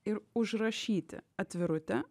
ir užrašyti atvirutę